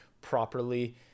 properly